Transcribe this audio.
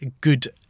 good